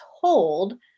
told